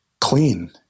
clean